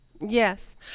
Yes